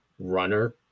runner